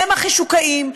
והם החישוקאים,